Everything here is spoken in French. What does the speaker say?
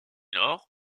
lors